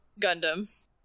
gundam